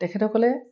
তেখেতসকলে